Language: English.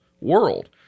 world